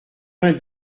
vingt